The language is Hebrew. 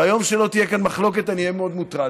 ביום שלא תהיה כאן מחלוקת אני אהיה מאוד מוטרד,